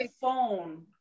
phone